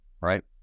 right